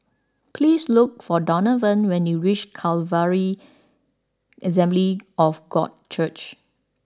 please look for Donavon when you reach Calvary Assembly of God Church